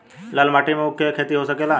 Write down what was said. लाल माटी मे ऊँख के खेती हो सकेला?